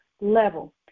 level